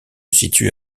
situe